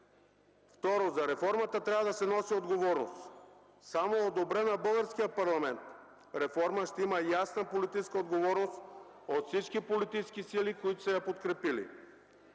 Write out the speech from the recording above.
Второ, за реформата трябва да се носи отговорност. Само одобрена от българския парламент реформа ще има ясна политическа отговорност от всички политически сили, които са я подкрепили.